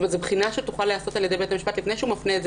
בחינה שתוכל להיעשות על ידי בית המשפט לפני שהוא מפנה את